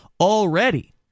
already